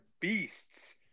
beasts